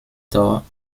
tor